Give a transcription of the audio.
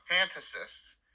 fantasists